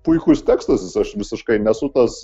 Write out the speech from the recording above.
puikus tekstas aš visiškai nesu tas